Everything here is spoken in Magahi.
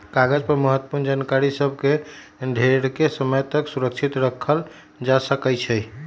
कागज पर महत्वपूर्ण जानकारि सभ के ढेरेके समय तक सुरक्षित राखल जा सकै छइ